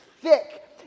thick